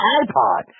iPod